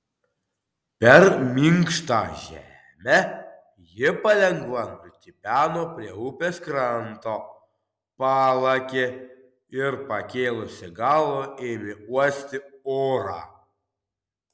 per minkštą žemę ji palengva nutipeno prie upės kranto palakė ir pakėlusi galvą ėmė uosti orą